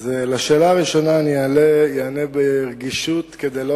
על השאלה הראשונה אני אענה ברגישות כדי לא